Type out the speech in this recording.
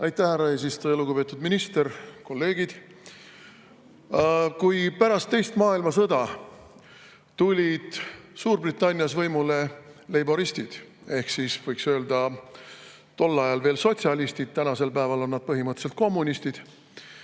Aitäh, härra eesistuja! Lugupeetud minister! Kolleegid! Kui pärast teist maailmasõda tulid Suurbritannias võimule leiboristid ehk, võiks öelda, tol ajal veel sotsialistid, tänasel päeval on nad põhimõtteliselt kommunistid,